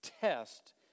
test